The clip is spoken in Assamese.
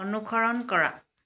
অনুসৰণ কৰা